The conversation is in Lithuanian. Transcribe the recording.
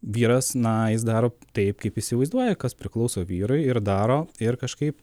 vyras na jis daro taip kaip įsivaizduoja kas priklauso vyrui ir daro ir kažkaip